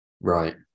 Right